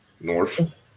North